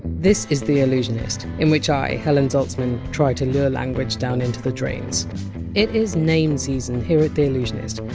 this is the allusionist, in which i, helen zaltzman, try to lure language down into the drains it! s name season here at the allusionist.